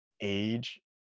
age